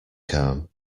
calm